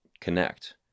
connect